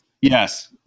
Yes